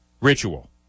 ritual